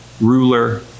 Ruler